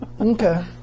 Okay